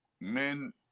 men